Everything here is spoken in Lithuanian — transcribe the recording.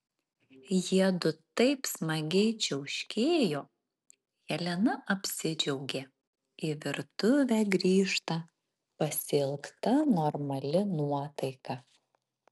jiedu taip smagiai čiauškėjo helena apsidžiaugė į virtuvę grįžta pasiilgta normali nuotaika